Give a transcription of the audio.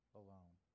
alone